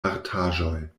artaĵoj